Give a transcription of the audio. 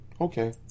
Okay